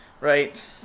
right